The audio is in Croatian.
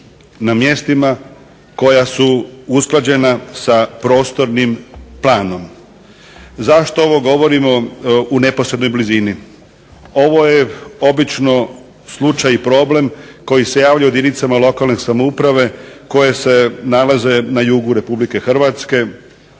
na mjestima koja su usklađena sa prostornim planom. Zašto ovo govorimo u neposrednoj blizini. Ovo je obično slučaj i problem koji se javlja u jedinicama lokalne samouprave koje se nalaze na jugu Republike Hrvatske,